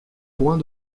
point